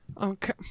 Okay